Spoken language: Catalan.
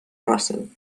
russell